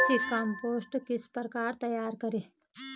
अच्छी कम्पोस्ट किस प्रकार तैयार करें?